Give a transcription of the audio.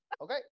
Okay